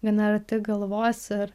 gana arti galvos ir